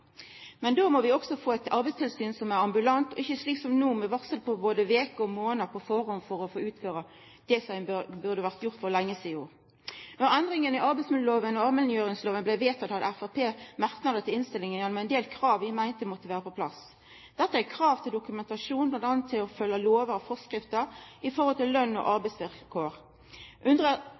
Men da må vi også få eit arbeidstilsyn som er ambulant, og ikkje slik som no, med varsel både veker og månader på førehand for å utføra det som burde vore gjort for lenge sidan. Da endringar i arbeidsmiljøloven og allmenngjeringsloven blei vedtekne, hadde Framstegspartiet merknader til innstillinga gjennom ein del krav vi meinte måtte vera på plass. Dette er krav til dokumentasjon, m.a. til å følgja lovar og forskrifter når det gjeld løns- og arbeidsvilkår,